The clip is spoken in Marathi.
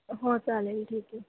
हो चालेल ठीक आहे